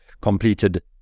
completed